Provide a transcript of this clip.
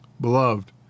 Beloved